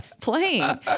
playing